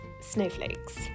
Snowflakes